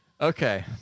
Okay